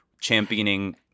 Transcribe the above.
championing